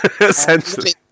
essentially